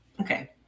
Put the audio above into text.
Okay